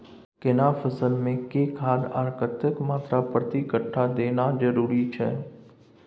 केना फसल मे के खाद आर कतेक मात्रा प्रति कट्ठा देनाय जरूरी छै?